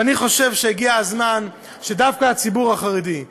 ואני חושב שהגיע הזמן שדווקא הציבור החרדי,